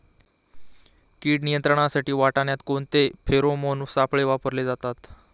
कीड नियंत्रणासाठी वाटाण्यात कोणते फेरोमोन सापळे वापरले जातात?